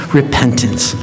repentance